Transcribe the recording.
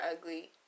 ugly